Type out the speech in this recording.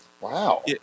Wow